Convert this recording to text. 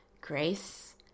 grace